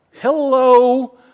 Hello